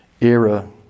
era